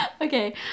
okay